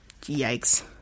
Yikes